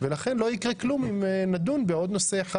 ולכן לא יקרה כלום אם נדון בעוד נושא אחד,